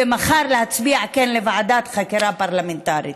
ומחר להצביע כן לוועדת חקירה פרלמנטרית.